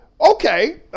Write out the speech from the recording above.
okay